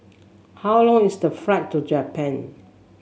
how long is the flight to Japan